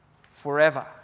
forever